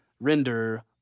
render